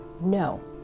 no